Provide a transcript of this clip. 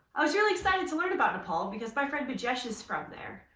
i was really excited to learn about nepal, because my friend pujesh is from there.